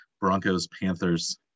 Broncos-Panthers